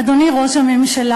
אדוני ראש הממשלה,